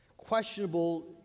questionable